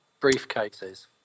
briefcases